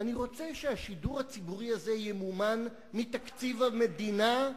אני רוצה שהשידור הציבורי הזה ימומן מתקציב המדינה.